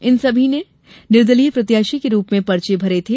इन सभी ने निर्दलीय प्रत्याशी के रूप में पर्चे भरे थे